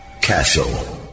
Castle